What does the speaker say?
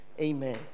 amen